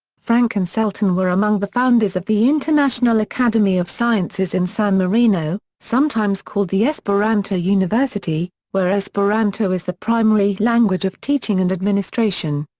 frank and selten were among the founders of the international academy of sciences in san marino, sometimes called the esperanto university, where esperanto is the primary language of teaching and administration.